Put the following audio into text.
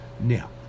now